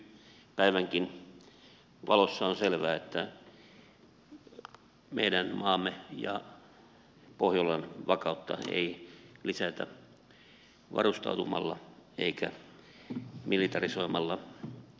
historian ja nykypäivänkin valossa on selvää että meidän maamme ja pohjolan vakautta ei lisätä varustautumalla eikä militarisoimalla eun rakenteita